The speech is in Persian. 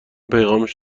پیغامش